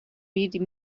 read